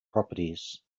properties